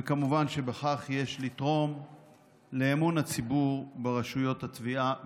וכמובן שבכך יש לתרום לאמון הציבור ברשויות התביעה והחקירה.